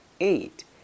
eight